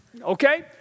Okay